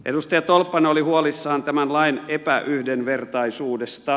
edustaja tolppanen oli huolissaan tämän lain epäyhdenvertaisuudesta